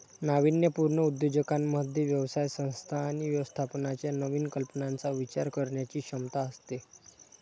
नाविन्यपूर्ण उद्योजकांमध्ये व्यवसाय संस्था आणि व्यवस्थापनाच्या नवीन कल्पनांचा विचार करण्याची क्षमता असते